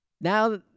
Now